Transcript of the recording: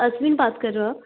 आश्विन बात कर रहे हो आप